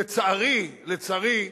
לצערי,